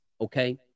Okay